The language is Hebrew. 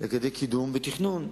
לגבי קידום ותכנון.